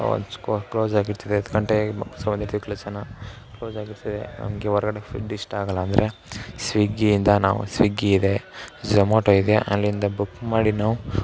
ಅವಾಗ ಕ್ಲೋಸಾಗಿರ್ತದೆ ಹತ್ತು ಗಂಟೆ ಕ್ಲೋಸ್ ಆಗಿರ್ತದೆ ನಮಗೆ ಹೊರ್ಗಡೆ ಫುಡ್ ಇಷ್ಟ ಆಗೋಲ್ಲ ಅಂದರೆ ಸ್ವಿಗ್ಗಿ ಇಂದ ನಾವು ಸ್ವಿಗ್ಗಿ ಇದೆ ಝೊಮೊಟೊ ಇದೆ ಅಲ್ಲಿಂದ ಬುಕ್ ಮಾಡಿ ನಾವು